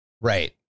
Right